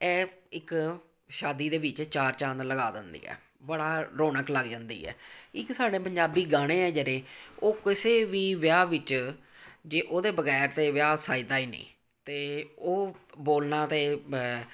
ਇਹ ਇੱਕ ਸ਼ਾਦੀ ਦੇ ਵਿੱਚ ਚਾਰ ਚਾਂਦ ਲਗਾ ਦਿੰਦੀ ਆ ਬੜਾ ਰੌਣਕ ਲੱਗ ਜਾਂਦੀ ਹੈ ਇੱਕ ਸਾਡੇ ਪੰਜਾਬੀ ਗਾਣੇ ਆ ਜਿਹੜੇ ਉਹ ਕਿਸੇ ਵੀ ਵਿਆਹ ਵਿੱਚ ਜੇ ਉਹਦੇ ਬਗੈਰ ਤਾਂ ਵਿਆਹ ਸੱਜਦਾ ਹੀ ਨਹੀਂ ਅਤੇ ਉਹ ਬੋਲਣਾ ਤਾਂ